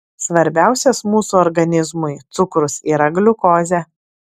svarbiausias mūsų organizmui cukrus yra gliukozė